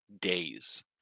days